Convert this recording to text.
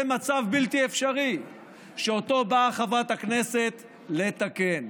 זה מצב בלתי אפשרי שאותו באה חברת הכנסת לתקן.